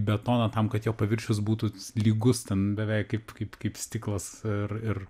betoną tam kad jo paviršius būtų lygus ten beveik kaip kaip kaip stiklas ir ir